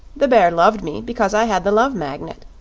the bear loved me because i had the love magnet.